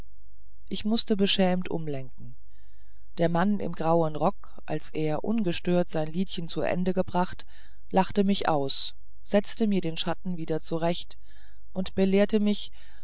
ich mußte beschämt umlenken der mann im grauen rocke als er ungestört sein liedchen zu ende gebracht lachte mich aus setzte mir den schatten wieder zurecht und belehrte mich